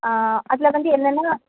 ஆ அதில் வந்து என்னென்னா